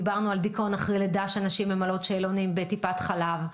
דיברנו על דיכאון אחרי לידה שנשים ממלאות שאלונים בטיפת חלב.